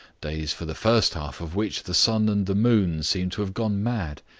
days for the first half of which the sun and the moon seemed to have gone mad.